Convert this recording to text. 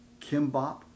kimbap